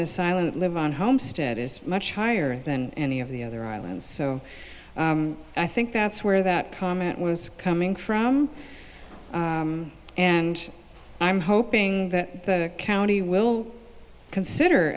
this island live on homestead is much higher than any of the other islands so i think that's where that comment was coming from and i'm hoping that the county will consider